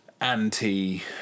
anti